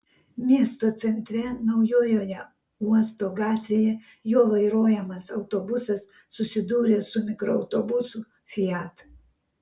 miesto centre naujojoje uosto gatvėje jo vairuojamas autobusas susidūrė su mikroautobusu fiat